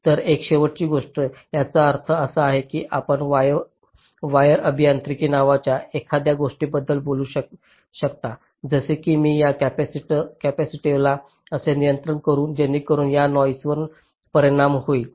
तर एक शेवटची गोष्ट याचा अर्थ असा की आपण वायर अभियांत्रिकी नावाच्या एखाद्या गोष्टीबद्दल बोलू शकता जसे की मी या कॅपेसिटिव्हला कसे नियंत्रित करू जेणेकरून या नॉईसवर परिणाम होईल